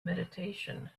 meditation